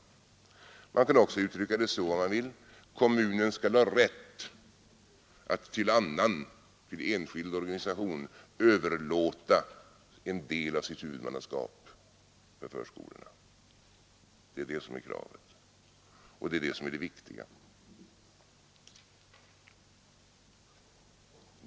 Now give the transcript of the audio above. Man kan också uttrycka det så, om man vill, att kommunen skall ha rätt att till enskild organisation överlåta en del av sitt huvudmannaskap för förskolorna. Det är detta som är kravet, och det är detta som är det viktiga.